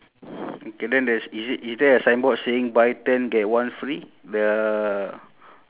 top right ah okay there's there's five sheep ah